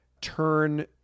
turn